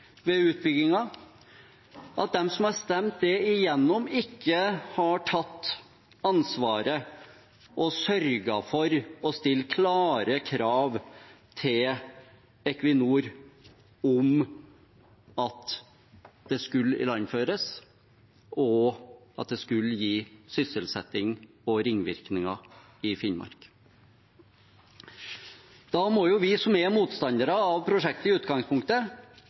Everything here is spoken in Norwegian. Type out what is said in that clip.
ved utbyggingen, og sørget for å stille klare krav til Equinor om at det skulle ilandføres, og at det skulle gi sysselsetting og ringvirkninger i Finnmark. Da må vi som er motstandere av prosjektet i utgangspunktet,